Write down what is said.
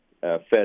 fed